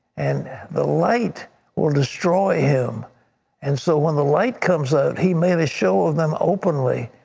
and the light will destroy him and so when the light comes out he made a show of them openly.